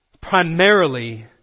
primarily